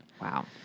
Wow